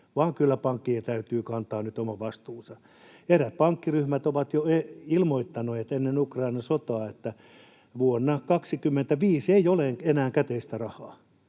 Kyllä pankkien täytyy kantaa nyt oma vastuunsa. Eräät pankkiryhmät ovat jo ilmoittaneet ennen Ukrainan sotaa, että vuonna 25 ei ole enää käteistä rahaa.